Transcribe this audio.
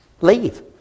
Leave